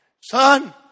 Son